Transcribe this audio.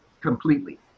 completely